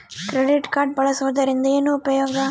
Credit card ಬಳಸುವದರಿಂದ ಏನು ಉಪಯೋಗ?